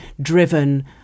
driven